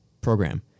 program